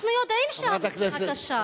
אנחנו יודעים שהמשימה קשה.